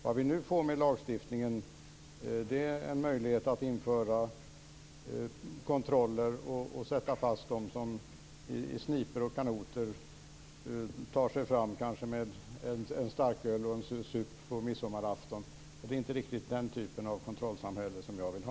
Det vi får i och med lagstiftningen är en möjlighet att införa kontroller och sätta fast dem som på midsommarafton tar sig fram i snipor och kanoter med en starköl och en sup i sig. Det är inte riktigt den typen av kontrollsamhälle som jag vill ha.